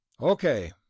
Okay